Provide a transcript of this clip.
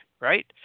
Right